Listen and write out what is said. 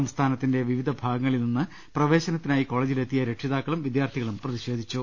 സംസ്ഥാനത്തിന്റെ വിവിധ ഭാഗങ്ങളിൽ നിന്ന് പ്രവേശനത്തിനായി കോളജിൽ എത്തിയ രക്ഷിതാക്കളും വിദ്യാർത്ഥികളും പ്രതിഷേധിച്ചു